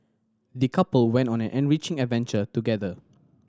the couple went on an enriching adventure together